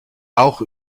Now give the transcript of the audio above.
auch